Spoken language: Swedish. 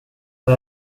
vad